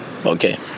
Okay